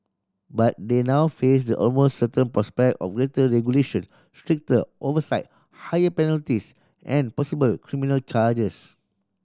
but they now face the almost certain prospect of greater regulation stricter oversight higher penalties and possible criminal charges